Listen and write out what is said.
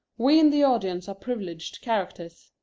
we in the audience are privileged characters.